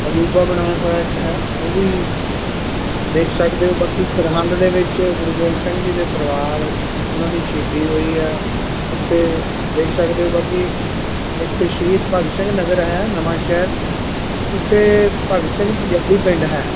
ਅਜੂਬਾ ਬਣਾਇਆ ਹੋਇਆ ਇੱਕ ਹੈ ਉਹ ਵੀ ਦੇਖ ਸਕਦੇ ਹੋ ਬਾਕੀ ਸਰਹੰਦ ਦੇ ਵਿੱਚ ਗੁਰੂ ਗੋਬਿੰਦ ਸਿੰਘ ਜੀ ਦੇ ਪਰਿਵਾਰ ਉਹਨਾਂ ਦੀ ਸ਼ਹੀਦੀ ਹੋਈ ਹੈ ਉੱਥੇ ਦੇਖ ਸਕਦੇ ਹੋ ਬਾਕੀ ਇੱਕ ਸ਼ਹੀਦ ਭਗਤ ਸਿੰਘ ਨਗਰ ਹੈ ਨਵਾਂ ਸ਼ਹਿਰ ਉੱਥੇ ਭਗਤ ਸਿੰਘ ਜੱਦੀ ਪਿੰਡ ਹੈ